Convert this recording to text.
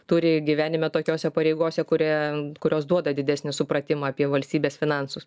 turi gyvenime tokiose pareigose kurie kurios duoda didesnį supratimą apie valstybės finansus